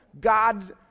God